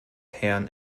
herren